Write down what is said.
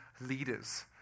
leaders